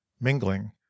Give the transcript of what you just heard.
mingling